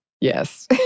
Yes